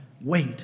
wait